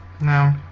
No